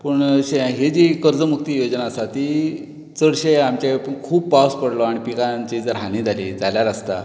पूण ही जी कर्ज मुक्ती योवजना आसा ती चडशे आमचे खूब पावस पडलो आनी पिकांची जर हानी जाली जाल्यार आसता